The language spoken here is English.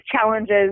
challenges